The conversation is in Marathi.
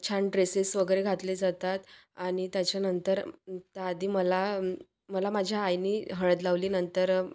छान ड्रेसेस वगैरे घातले जातात आणि त्याच्यानंतर त्याआधी मला मला माझ्या आईने हळद लावली नंतर